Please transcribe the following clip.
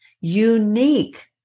unique